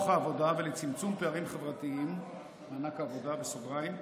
העבודה ולצמצום פערים חברתיים (מענק עבודה),